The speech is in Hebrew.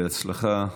בהצלחה.